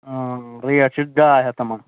rate چھِ ڈاے ہَتھ تِمن